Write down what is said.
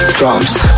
drums